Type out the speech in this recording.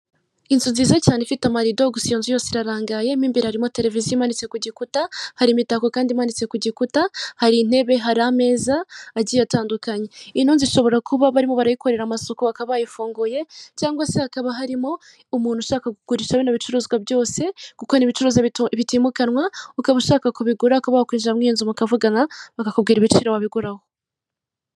Inzu nziza cyane ifite amarido, gusa iyo nzu yose irarangaye mo imbere harimo tereviziyo imanitse ku gikuta. Hari imitako kandi imanitse ku gikuta, hari intebe, hari ameza agiye atandukanye. Ino nzu ishobora kuba barimo barayikorera amasuku, bakaba bayifunguye cyangwa se hakaba harimo umuntu ushaka kugurisha bino bicuruzwa byose. Kuko hari ibicuruzwa bitimukanwa, ukaba ushaka kubigura ukaba wakwinjira muri iyi nzu mukavugana bakakubwira ibiciro wabiguraho.